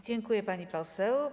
Dziękuję, pani poseł.